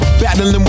battling